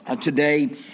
today